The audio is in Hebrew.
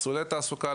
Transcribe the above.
מסלולי תעסוקה,